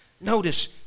notice